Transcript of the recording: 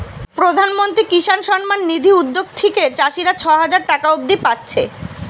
প্রধানমন্ত্রী কিষান সম্মান নিধি উদ্যগ থিকে চাষীরা ছয় হাজার টাকা অব্দি পাচ্ছে